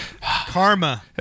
karma